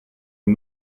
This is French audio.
une